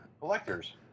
Collectors